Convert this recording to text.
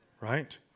right